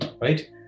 right